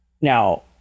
Now